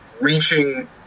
reaching